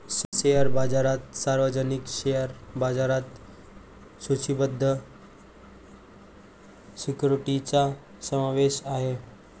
share बाजारात सार्वजनिक share बाजारात सूचीबद्ध सिक्युरिटीजचा समावेश आहे